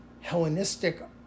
Hellenistic